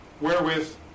wherewith